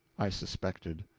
i suspected.